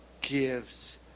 gives